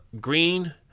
green